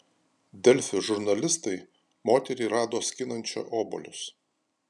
delfi žurnalistai moterį rado skinančią obuolius